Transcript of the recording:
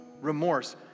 remorse